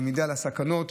למידה על הסכנות.